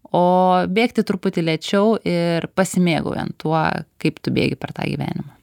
o bėgti truputį lėčiau ir pasimėgaujant tuo kaip tu bėgi per tą gyvenimą